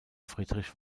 friedrich